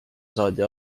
saadi